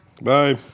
Bye